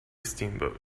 steamboat